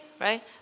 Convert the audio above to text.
right